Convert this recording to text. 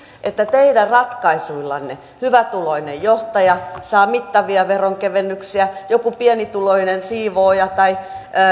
että teidän ratkaisuillanne hyvätuloinen johtaja saa mittavia veronkevennyksiä joku pienituloinen siivooja tai